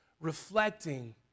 reflecting